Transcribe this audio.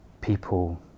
people